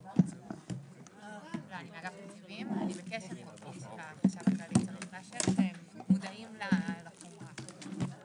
15:06.